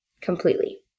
Completely